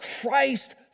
Christ